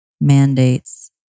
mandates